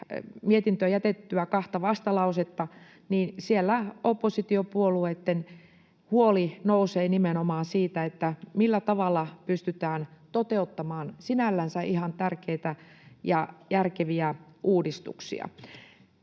mietintöön jätettyjä kahta vastalausetta, niin siellä oppositiopuolueitten huoli nousee nimenomaan siitä, millä tavalla pystytään toteuttamaan sinällänsä ihan tärkeitä ja järkeviä uudistuksia.